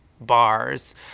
bars